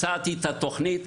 הצעתי את התכנית".